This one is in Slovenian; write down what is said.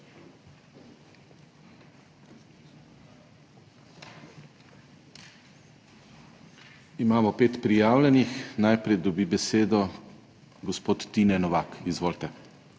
Imamo pet prijavljenih. Najprej dobi besedo gospod Tine Novak. Izvolite.